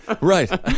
Right